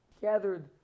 gathered